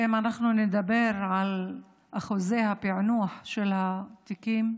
ואם נדבר על אחוזי הפיענוח של התיקים,